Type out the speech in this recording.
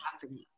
happening